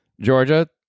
Georgia